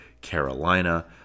Carolina